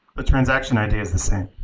the transaction id is the same.